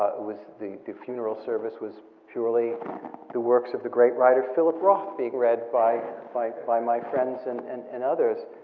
the the funeral service was purely the works of the great writer philip roth being read by like by my friends and and and others.